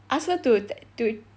ask her to to